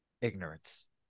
Ignorance